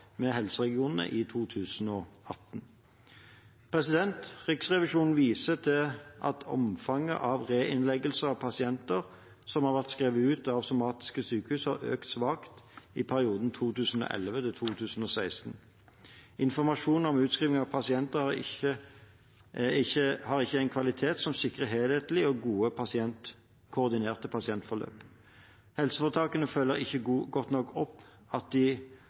med helseregionene i 2018. Riksrevisjonen viser til at omfanget av reinnleggelse av pasienter som har vært skrevet ut av somatiske sykehus, har økt svakt i perioden 2011–2016. Informasjon om utskrivning av pasienter har ikke en kvalitet som sikrer helhetlige og koordinerte pasientforløp. Helseforetakene følger ikke godt nok opp at de